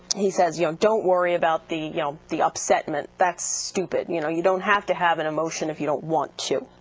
he says, you know don't worry about the yeah um the upsetment. that's stupid. you know you don't have to have an emotion if you don't want to.